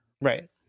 Right